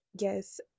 yes